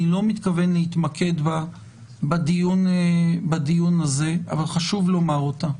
אני לא מתכוון להתמקד בה בדיון הזה אבל חשוב לומר אותה: